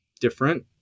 different